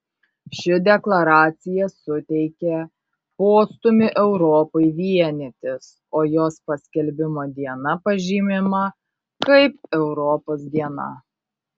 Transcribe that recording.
ši deklaracija suteikė postūmį europai vienytis o jos paskelbimo diena pažymima kaip europos diena